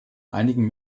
einigen